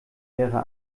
wäre